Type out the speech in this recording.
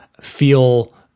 feel